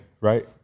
right